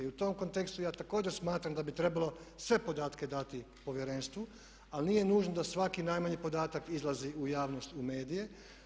I u tom kontekstu ja također smatram da bi trebalo sve podatke dati povjerenstvu, ali nije nužno da svaki najmanji podatak izlazi u javnost, u medije.